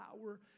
power